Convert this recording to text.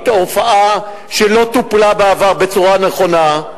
היא תופעה שלא טופלה בעבר בצורה נכונה,